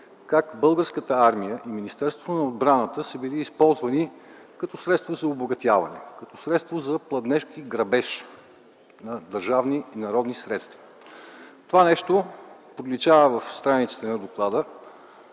как Българската армия и Министерството на отбраната са били използвани като средство за обогатяване, като средство за пладнешки грабеж на държавни и народни средства. Това нещо проличава в страниците на доклада.